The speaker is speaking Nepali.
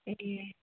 ए